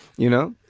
you know,